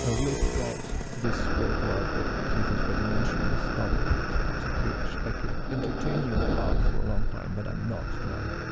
ah we also brought this work of art that keith has already mentioned, this double portrait, which i could entertain you about for a long time, but i'm not, tonight.